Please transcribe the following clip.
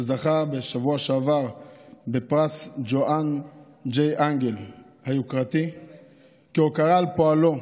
שזכה בשבוע שעבר בפרס ג'ואן ג'יי אנגל היוקרתי כהוקרה על פועלו.